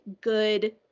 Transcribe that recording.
good